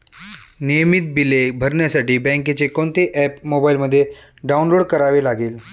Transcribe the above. नियमित बिले भरण्यासाठी बँकेचे कोणते ऍप मोबाइलमध्ये डाऊनलोड करावे लागेल?